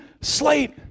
slate